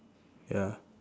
ya